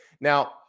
Now